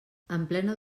emplena